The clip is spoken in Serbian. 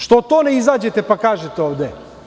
Što to ne izađete pa kažete ovde?